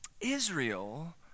Israel